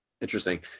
Interesting